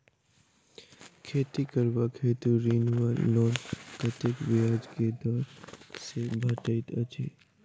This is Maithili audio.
खेती करबाक हेतु ऋण वा लोन कतेक ब्याज केँ दर सँ भेटैत अछि?